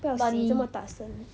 不要洗这么大声